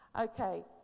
Okay